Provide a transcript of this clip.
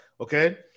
okay